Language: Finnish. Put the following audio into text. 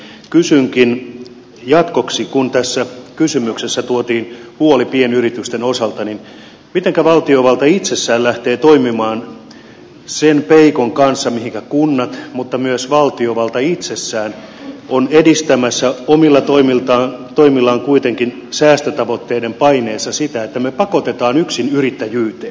kysynkin jatkoksi kun tässä kysymyksessä tuotiin huoli pienyritysten osalta mitenkä valtiovalta itsessään lähtee toimimaan sen peikon kanssa että kunnat mutta myös valtiovalta itsessään ovat edistämässä kuitenkin omilla toimillaan säästötavoitteiden paineessa sitä että me pakotamme yksinyrittäjyyteen